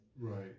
Right